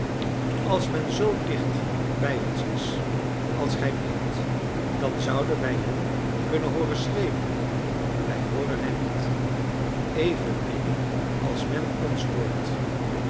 als men zoo dicht bij ons is als gij meent dan zouden wij hen kunnen hooren schreeuwen en wij hooren hen niet evenmin als men ons hoort